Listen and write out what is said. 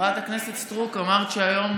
אמרת שהיום